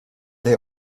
they